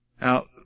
Now